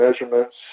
measurements